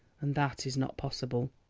and that is not possible.